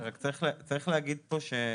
כן, רק צריך להגיד פה שבסוף